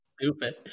Stupid